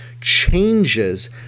changes